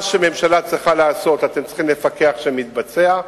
מה שממשלה צריכה לעשות, אתם צריכים לפקח שמתבצע.